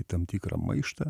į tam tikrą maištą